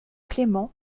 clément